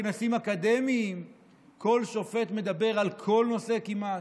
הלוא בכנסים אקדמיים כל שופט מדבר על כל נושא כמעט,